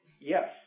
Yes